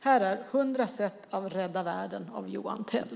Här är 100 sätt att rädda världen av Johan Tell.